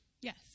Yes